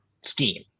scheme